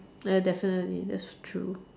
ya definitely that's true